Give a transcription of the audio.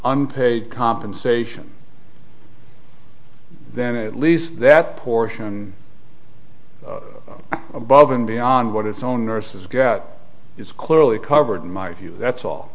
on paid compensation at least that portion above and beyond what his own nurses got is clearly covered in my view that's all